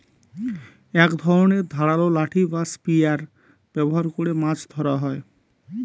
এক ধরনের ধারালো লাঠি বা স্পিয়ার ব্যবহার করে মাছ ধরা হয়